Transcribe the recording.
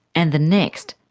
and the next,